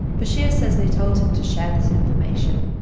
bashir says they told him to share this information,